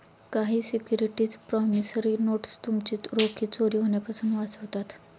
काही securities promissory notes तुमचे रोखे चोरी होण्यापासून वाचवतात